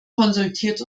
konsultiert